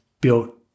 built